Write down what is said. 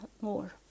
more